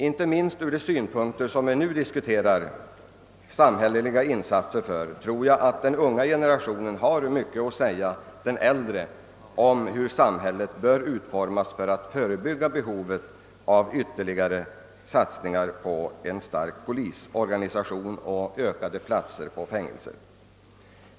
Inte minst när det gäller de problem, för vilka vi nu diskuterar samhälleliga insatser, tror jag att den unga generationen har mycket att säga den äldre, t.ex. när det gäller frågan hur samhället bör utformas för att förebygga behovet av ytterligare satsningar på en stark polisorganisation och fler platser i fängelser.